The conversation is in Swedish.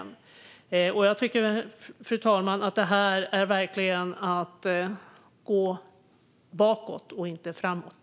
Fru talman! Jag tycker att detta verkligen är att gå bakåt och inte framåt.